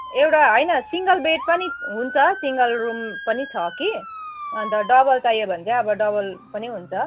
एउटा होइन single bed पनि हुन्छ सिङ्गल रुम पनि छ कि अन्त डबल चाहियो भने चाहिँ अब डबल पनि हुन्छ